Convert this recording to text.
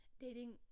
dating